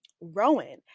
Rowan